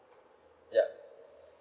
yup